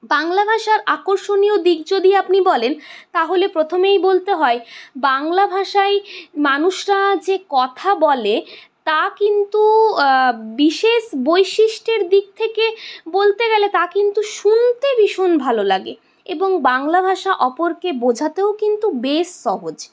বাংলা ভাষার আকর্ষণীয় দিক যদি আপনি বলেন তাহলে প্রথমেই বলতে হয় বাংলা ভাষায় মানুষরা যে কথা বলে তা কিন্তু বিশেষ বৈশিষ্ট্যের দিক থেকে বলতে গেলে তা কিন্তু শুনতে ভীষণ ভালো লাগে এবং বাংলা ভাষা অপরকে বোঝাতেও কিন্তু বেশ সহজ